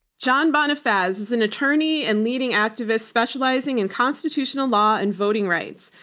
john bonifaz is an attorney and leading activist specializing in constitutional law and voting rights.